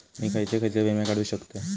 मी खयचे खयचे विमे काढू शकतय?